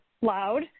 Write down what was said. loud